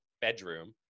bedroom